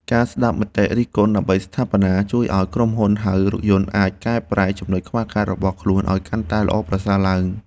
ការស្ដាប់មតិរិះគន់ដើម្បីស្ថាបនាជួយឱ្យក្រុមហ៊ុនហៅរថយន្តអាចកែប្រែចំណុចខ្វះខាតរបស់ខ្លួនឱ្យកាន់តែល្អប្រសើរឡើង។